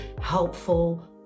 helpful